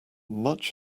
much